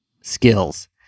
Skills